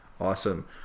Awesome